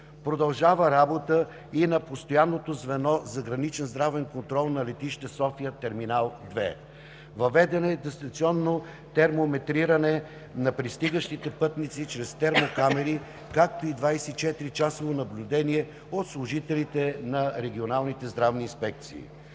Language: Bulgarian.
Продължава работата и на постоянното звено за граничен здравен контрол на летище София – Терминал 2. Въведено е дистанционно термометриране на пристигащите пътници чрез термокамери, както и 24-часово наблюдение от служителите на регионалните здравни инспекции.